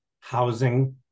housing